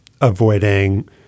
avoiding